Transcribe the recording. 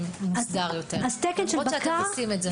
יותר מוסדר למרות שאתם בודקים את זה.